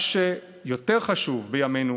מה שיותר חשוב בימינו